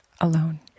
alone